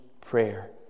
prayer